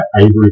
Avery